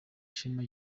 ishema